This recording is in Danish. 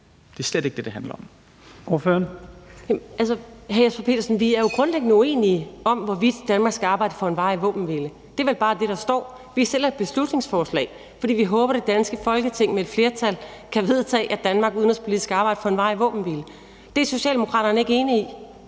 14:08 Trine Pertou Mach (EL): Hr. Jesper Petersen, vi er jo grundlæggende uenige om, hvorvidt Danmark skal arbejde for en varig våbenhvile. Det er vel bare det, der står. Vi fremsætter et beslutningsforslag, fordi vi håber, at det danske Folketing med et flertal kan vedtage, at Danmark udenrigspolitisk skal arbejde for en varig våbenhvile. Det er Socialdemokraterne ikke enige i;